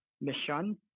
mission